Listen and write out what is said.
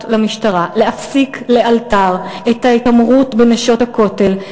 למשטרה להפסיק לאלתר את ההתעמרות ב"נשות הכותל",